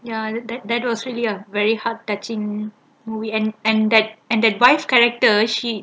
ya that that was really a very hard touching movie and that and that wife character she